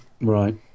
Right